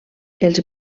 els